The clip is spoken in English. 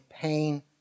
pain